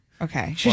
Okay